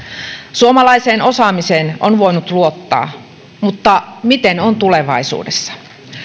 suomalaiseen osaamiseen on voinut luottaa mutta miten on tulevaisuudessa